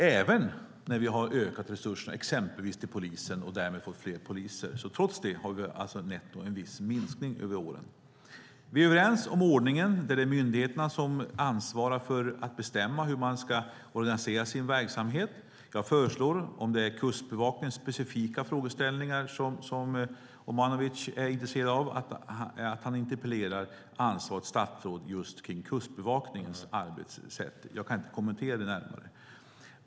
Även när vi har ökat resurserna, exempelvis till polisen och därmed fått fler poliser, har vi en viss minskning över åren. Vi är överens om ordningen, att det är myndigheterna som ansvarar för att bestämma hur man ska organisera sin verksamhet. Jag föreslår, om det är Kustbevakningens specifika frågeställningar som Omanovic är intresserad av, att han interpellerar ansvarigt statsråd för just Kustbevakningens arbetssätt. Jag kan inte kommentera det närmare.